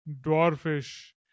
Dwarfish